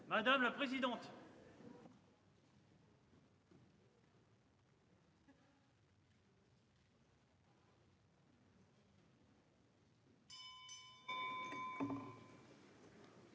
madame la présidente.